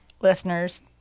listeners